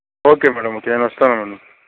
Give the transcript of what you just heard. okay madam నేను వస్తాను